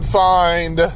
find